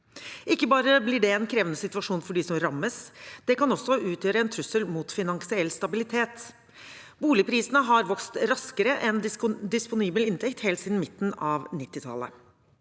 Ikke bare blir det en krevende situasjon for dem som rammes, det kan også utgjøre en trussel mot finansiell stabilitet. Boligprisene har vokst raskere enn disponibel inntekt helt siden midten av 1990tallet.